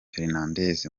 fernandes